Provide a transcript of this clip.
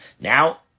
Now